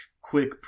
quick